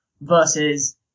versus